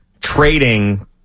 trading